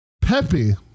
Peppy